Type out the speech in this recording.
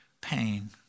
pain